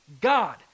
God